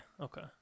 Okay